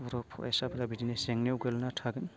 बर' फरायसाफोरा बिदिनो जेंनायाव गोग्लैना थागोन